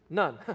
none